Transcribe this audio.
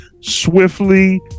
swiftly